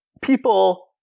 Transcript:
people